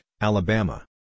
Alabama